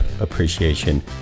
appreciation